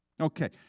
Okay